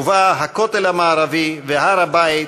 ובה הכותל המערבי והר-הבית,